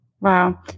Wow